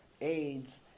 AIDS